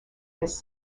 this